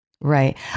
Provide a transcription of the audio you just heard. Right